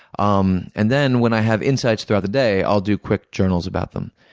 um and then, when i have insights throughout the day, i'll do quick journals about them.